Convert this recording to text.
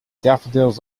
daffodils